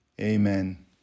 Amen